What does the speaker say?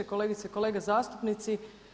Kolegice i kolege zastupnici.